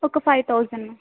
ఒక five thousand ma'am